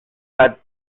had